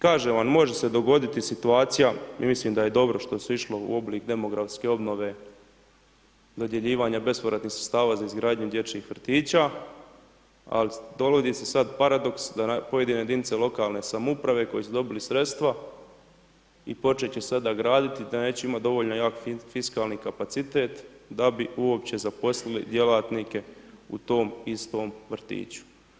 Kažem vam, može se dogoditi situacija i mislim da je dobro što se išlo u oblik demografske obnove dodjeljivanja bespovratnih sredstava za izgradnju dječjih vrtića ali dogodi se sad paradoks da pojedine jedince lokalne samouprave koje su dobili sredstva i početi će sada graditi da neće imati dovoljno jak fiskalni kapacitet da bi uopće zaposlili djelatnike u tom istom vrtiću.